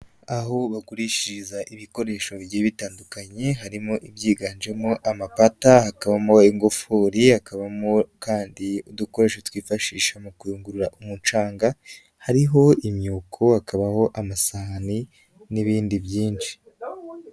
Aho bagurishiriza ibikoresho bi bitandukanye harimo ibyiganjemo amapata, hakabamo ingufuri, hakabamo kandi udukoresho twifashisha mu kuyungurura umucanga, hariho imyuko, hakabaho amasahani n'ibindi byinshi.